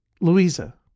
Louisa